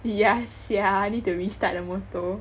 yeah sia need to restart the motor